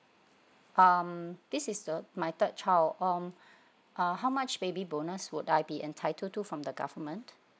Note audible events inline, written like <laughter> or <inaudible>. um this is the my third child um <breath> uh how much baby bonus would I be entitled to from the government